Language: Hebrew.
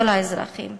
כל האזרחים,